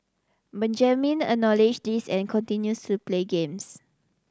Benjamin acknowledge this and continues to play games